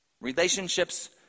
Relationships